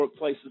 workplaces